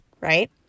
right